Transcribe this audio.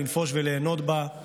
לנפוש וליהנות בה.